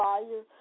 Fire